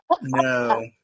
No